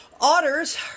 Otters